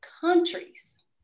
countries